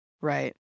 Right